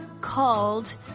called